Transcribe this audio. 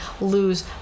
lose